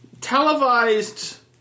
televised